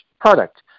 product